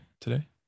today